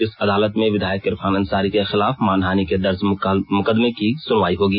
इस अदालत में विधायक इरफान अंसारी के खिलाफ मानहानि के दर्ज मामले की सुनवाई होगी